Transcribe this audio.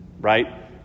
right